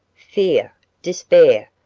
fear, despair,